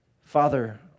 Father